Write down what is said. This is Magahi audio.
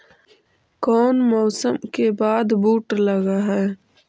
कोन मौसम के बाद बुट लग है?